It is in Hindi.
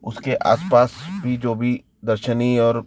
उसके आस पास भी जो भी दर्शनीय और